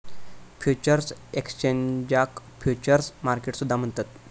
futures एक्सचेंजाक futures market सुद्धा म्हणतत